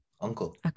Uncle